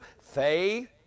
faith